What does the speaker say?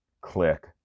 click